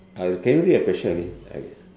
I will you repeat your question again okay